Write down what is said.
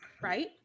Right